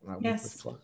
Yes